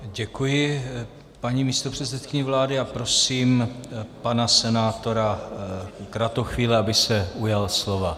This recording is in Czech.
Děkuji paní místopředsedkyni vlády a prosím pana senátora Kratochvíleho, aby se ujal slova.